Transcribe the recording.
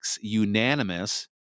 unanimous